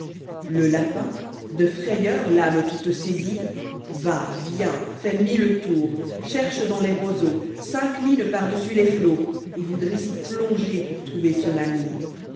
le lapis de frayeur l'âmë toute saisie la fables va vient fait mille tours cherche dans les roseaux s'incline par-dessus les flots et voudrait s'y plonger pour trouver sôu amie